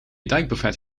duikbrevet